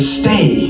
stay